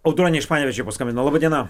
audronė iš panevėžio paskambino laba diena